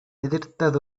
எதிர்த்த